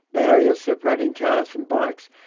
barriers separating cars from bikes,